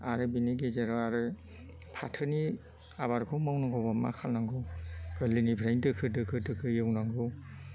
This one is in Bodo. आरो बेनि गेजेराव आरो फाथोनि आबादखौ मावनांगौबा मा खालामनांगौ गोरलैनिफ्रायनो दोखो दोखो दोखो एवनांगौ